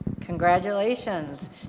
Congratulations